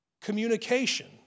communication